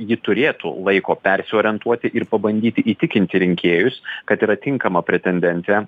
ji turėtų laiko persiorientuoti ir pabandyti įtikinti rinkėjus kad yra tinkama pretendentė